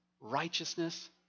righteousness